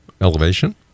Elevation